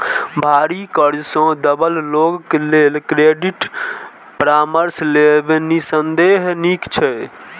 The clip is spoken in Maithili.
भारी कर्ज सं दबल लोक लेल क्रेडिट परामर्श लेब निस्संदेह नीक छै